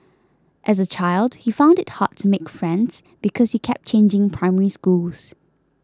as a child he found it hard to make friends because he kept changing Primary Schools